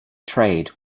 trade